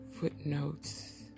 footnotes